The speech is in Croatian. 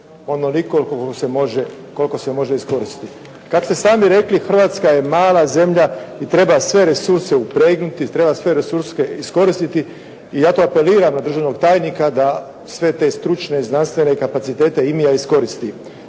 onoliko koliko se može iskoristiti. Kako ste sami rekli Hrvatska je mala zemlja i treba sve resurse upregnuti, treba sve resurse iskoristiti i ja to apeliram na državnog tajnika da sve te stručne i znanstvene kapacitete IMIA iskoristi.